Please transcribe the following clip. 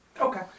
Okay